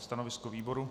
Stanovisko výboru?